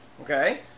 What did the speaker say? okay